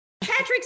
Patrick